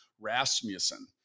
Rasmussen